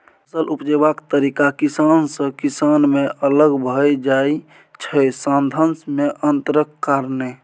फसल उपजेबाक तरीका किसान सँ किसान मे अलग भए जाइ छै साधंश मे अंतरक कारणेँ